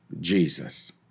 Jesus